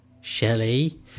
Shelley